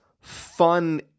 fun